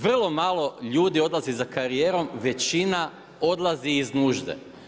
Vrlo malo ljudi odlazi za karijerom, većina odlazi iz nužde.